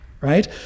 right